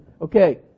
okay